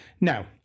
Now